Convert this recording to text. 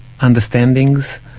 understandings